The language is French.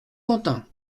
quentin